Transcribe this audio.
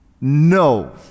No